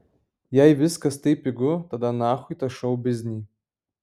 jei viskas taip pigu tada nachui tą šou biznį